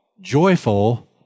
joyful